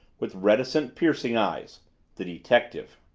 with reticent, piercing eyes the detective!